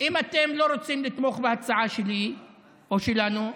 אם אתם לא רוצים לתמוך בהצעה שלי או שלנו,